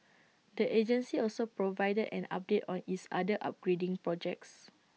the agency also provided an update on its other upgrading projects